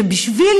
שבשביל